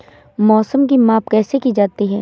मौसम की माप कैसे की जाती है?